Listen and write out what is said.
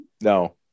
No